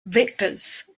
vectors